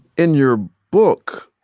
in your book,